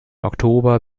oktober